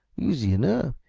easy enough,